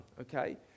okay